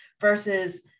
versus